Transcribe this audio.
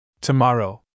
Tomorrow